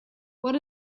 what